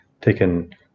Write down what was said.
taken –